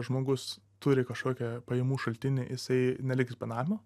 žmogus turi kažkokią pajamų šaltinį jisai neliks benamiu